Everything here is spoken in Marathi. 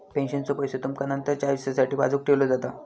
पेन्शनचो पैसो तुमचा नंतरच्या आयुष्यासाठी बाजूक ठेवलो जाता